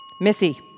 Missy